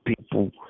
people